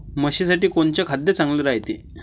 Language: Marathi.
म्हशीसाठी कोनचे खाद्य चांगलं रायते?